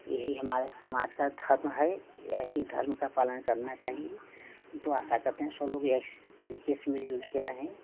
यही हमारे समाज का धर्म है यही धर्म का पालन करना चाहिए हम तो आशा करते हैं सब लोग यही तरीके से मिलजुल के रहें